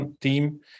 team